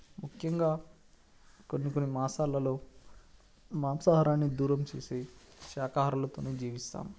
ముఖ్యంగా కొన్ని కొన్ని మాసాలలో మాంసాహారాన్ని దూరం చేసి శాకాహారులతో జీవిస్తు ఉంటాం